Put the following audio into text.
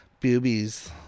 Boobies